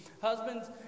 husbands